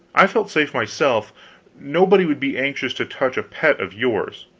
i felt safe myself nobody would be anxious to touch a pet of yours.